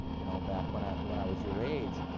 you know back when i when i was your age,